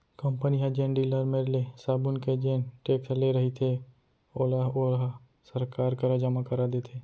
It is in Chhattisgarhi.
कंपनी ह जेन डीलर मेर ले साबून के जेन टेक्स ले रहिथे ओला ओहा सरकार करा जमा करा देथे